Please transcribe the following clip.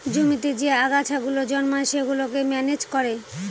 জমিতে যে আগাছা গুলো জন্মায় সেগুলোকে ম্যানেজ করে